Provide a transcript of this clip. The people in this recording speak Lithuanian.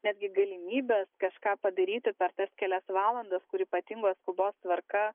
netgi galimybės kažką padaryti per tas kelias valandas kur ypatingos skubos tvarka